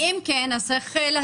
אם כן, צריך להסדיר את זה.